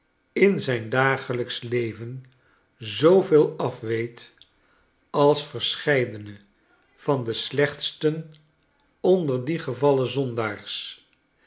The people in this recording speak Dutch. in zyn dagelyksch leven zooveel af weet als verscheidene van de slechtsten onder die gevallen zondaars